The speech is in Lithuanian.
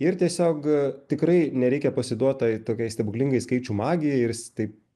ir tiesiog tikrai nereikia pasiduot tai tokiai stebuklingai skaičių magijai ir s taip